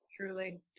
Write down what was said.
Truly